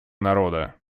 народа